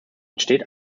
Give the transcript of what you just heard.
entsteht